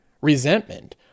resentment